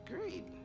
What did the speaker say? Great